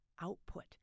output